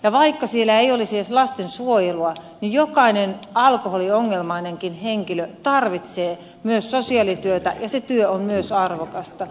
ja vaikka siellä ei olisi edes lastensuojelua niin jokainen alkoholiongelmainenkin henkilö tarvitsee myös sosiaalityötä ja se työ on myös arvokasta